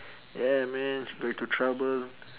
yeah man got into trouble